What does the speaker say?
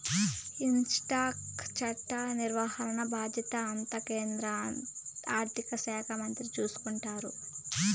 income tax చట్ట నిర్వహణ బాధ్యత అంతా కేంద్ర ఆర్థిక శాఖ మంత్రి చూసుకుంటారు